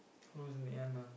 who lose in the end ah